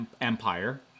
empire